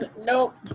Nope